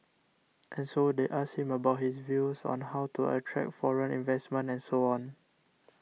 and so they asked him about his views on how to attract foreign investment and so on